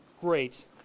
Great